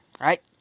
right